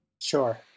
sure